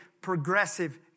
progressive